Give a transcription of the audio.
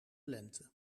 lente